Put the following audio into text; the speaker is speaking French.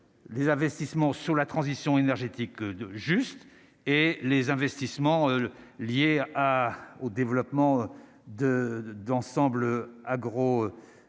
les investissements sur la transition énergétique de juste et les investissements liés à au développement de de d'ensemble agro-écologique